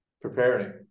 preparing